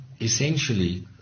essentially